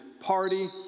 party